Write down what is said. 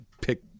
pick